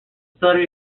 studied